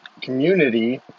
community